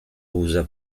usa